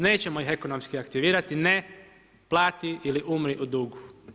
Nećemo ih ekonomski aktivirati, ne, plati ili umri u dugu.